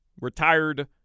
retired